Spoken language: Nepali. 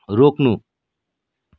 रोक्नु